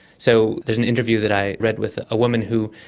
so there's an interview that i read with a woman who,